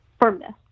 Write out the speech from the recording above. firmness